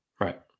Right